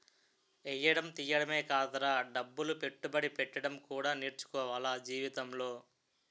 ఎయ్యడం తియ్యడమే కాదురా డబ్బులు పెట్టుబడి పెట్టడం కూడా నేర్చుకోవాల జీవితంలో